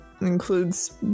includes